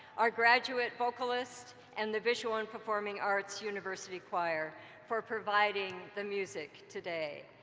our graduate vocalist, and the visual and performing arts university choir for providing the music today.